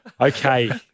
Okay